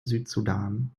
südsudan